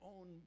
own